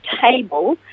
table